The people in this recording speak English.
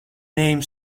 name